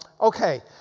Okay